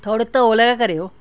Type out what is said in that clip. थोह्ड़े तौल गै करेओ